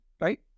right